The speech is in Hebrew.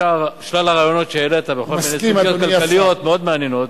בשלל הרעיונות שהעלית בכל מיני סוגיות כלכליות מאוד מעניינות,